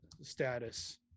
status